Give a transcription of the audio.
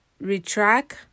retract